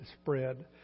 spread